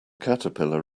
caterpillar